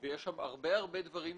ויש שם הרבה דברים יפים.